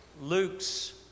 Luke's